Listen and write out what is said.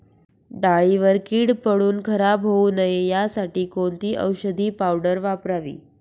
डाळीवर कीड पडून खराब होऊ नये यासाठी कोणती औषधी पावडर वापरावी?